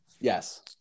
Yes